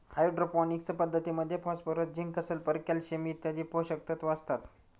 hydroponics पद्धतीमध्ये phosphorus, zinc, sulphur, calcium इत्यादी पोषकतत्व असतात